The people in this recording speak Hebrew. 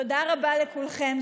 תודה רבה לכולכם.